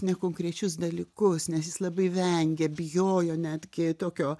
ne konkrečius dalykus nes jis labai vengė bijojo netgi tokio